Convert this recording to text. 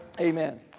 Amen